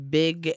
big